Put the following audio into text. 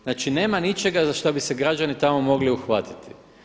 Znači, nema ničega za šta bi se građani tamo mogli uhvatiti.